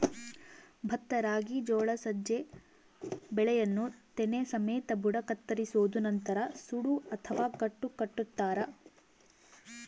ಭತ್ತ ರಾಗಿ ಜೋಳ ಸಜ್ಜೆ ಬೆಳೆಯನ್ನು ತೆನೆ ಸಮೇತ ಬುಡ ಕತ್ತರಿಸೋದು ನಂತರ ಸೂಡು ಅಥವಾ ಕಟ್ಟು ಕಟ್ಟುತಾರ